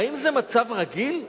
האם זה מצב רגיל?